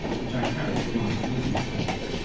which i carried to one of the reading-stands.